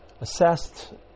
assessed